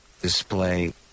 Display